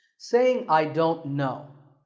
saying i don't know.